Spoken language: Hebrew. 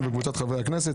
נוספת.